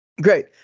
Great